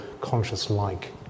conscious-like